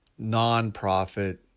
nonprofit